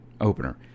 opener